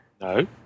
No